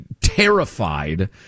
terrified